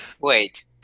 Wait